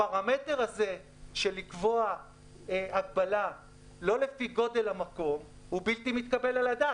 הפרמטר של קביעת מגבלה בלי קשר לגודל המקום הוא בלתי-מתקבל על הדעת.